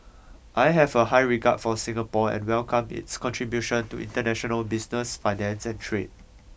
I have a high regard for Singapore and welcome its contribution to international business finance and trade